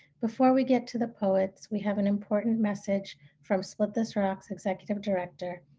before we get to the poets, we have an important message from split this rock's executive director,